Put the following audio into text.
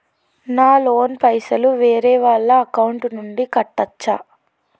నా లోన్ పైసలు వేరే వాళ్ల అకౌంట్ నుండి కట్టచ్చా?